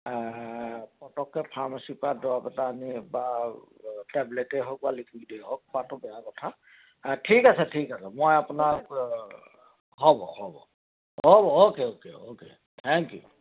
পটককৈ ফাৰ্মাচিৰপৰা দৰব এটা আনি বা টেবলেটেই হওক বা লিকুইডেই হওক খোৱাটো বেয়া কথা ঠিক আছে ঠিক আছে মই আপোনাক হ'ব হ'ব হ'ব okay okay okay thank U